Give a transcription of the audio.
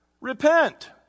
Repent